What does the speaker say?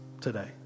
today